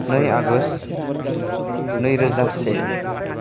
नै आगष्ट नैरोजा से